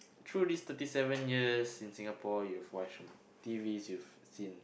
through this thirty seven years in Singapore you've watched T_Vs you've seen